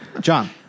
John